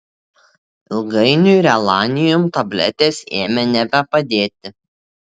ilgainiui relanium tabletės ėmė nebepadėti